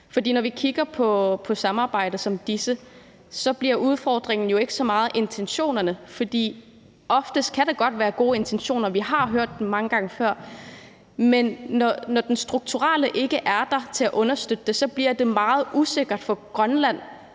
For når vi kigger på samarbejder som disse, bliver udfordringen jo ikke så meget intentionerne. Ofte kan der godt være gode intentioner – vi har hørt dem mange gange før – men når det strukturelle ikke er der til at understøtte det, bliver det meget usikkert for Grønland,